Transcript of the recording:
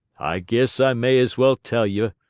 i guess i may as well tell ye,